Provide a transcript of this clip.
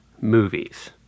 movies